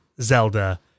Zelda